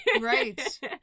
Right